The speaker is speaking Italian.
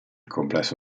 complesso